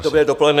Dobré dopoledne.